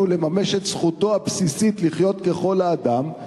לממש את זכותו הבסיסית לחיות ככל האדם.